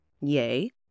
yay